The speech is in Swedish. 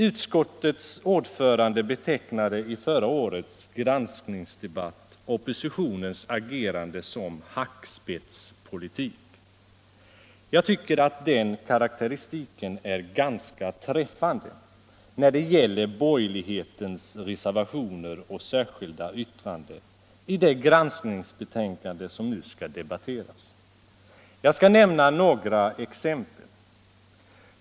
Utskottets ordförande betecknade i förra årets granskningsdebatt oppositionens agerande som hackspettspolitik. Jag tycker att den karakteristiken är ganska träffande när det gäller borgerlighetens reservationer och särskilda yttranden i det granskningsbetänkande som nu skall debatteras. Jag skall nämna några exempel.